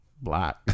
black